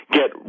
get